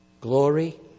Glory